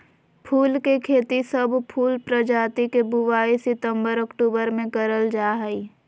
फूल के खेती, सब फूल प्रजाति के बुवाई सितंबर अक्टूबर मे करल जा हई